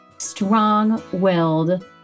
strong-willed